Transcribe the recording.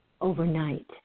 overnight